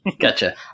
Gotcha